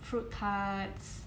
fruit tarts